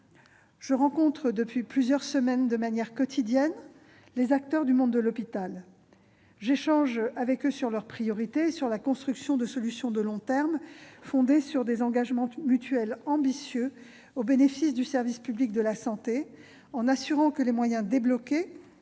Je rencontre depuis plusieurs semaines, de manière quotidienne, les acteurs du monde de l'hôpital. J'échange avec eux sur leurs priorités et la construction de solutions de long terme, fondées sur des engagements mutuels ambitieux au bénéfice du service public de la santé, en assurant que les moyens débloqués,